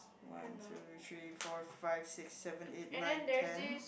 one two three four five six seven eight nine ten